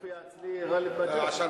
לפי מה שמופיע אצלי, גאלב מג'אדלה.